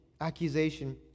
accusation